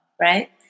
right